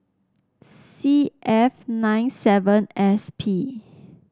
C F nine Z S P